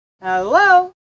Hello